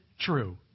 true